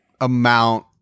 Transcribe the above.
amount